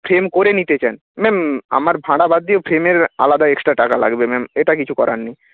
frame করে নিতে চান ম্যাম আমার ভাড়া বাদ দিয়ে ফ্রেমের আলাদা এক্সট্রা টাকা লাগবে ম্যাম এটা কিছু করার নেই